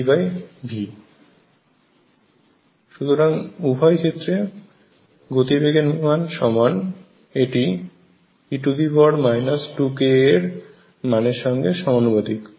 যেহেতু উভয় ক্ষেত্রে গতিবেগ এর মান সমান এটি e 2ka এর মানে সঙ্গে সমানুপাতিক